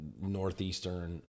northeastern